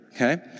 okay